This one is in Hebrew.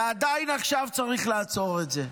ועדיין עכשיו צריך לעצור את זה,